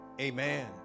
Amen